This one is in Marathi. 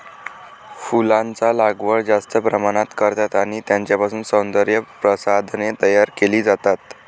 फुलांचा लागवड जास्त प्रमाणात करतात आणि त्यांच्यापासून सौंदर्य प्रसाधने तयार केली जातात